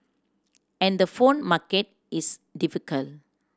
and the phone market is difficult